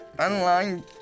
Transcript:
Online